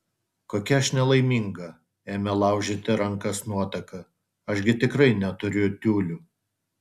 kokia aš nelaiminga ėmė laužyti rankas nuotaka aš gi tikrai neturiu tiulių